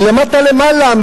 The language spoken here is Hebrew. מלמטה למעלה,